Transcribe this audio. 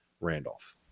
Randolph